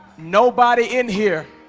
nobody in here